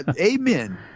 amen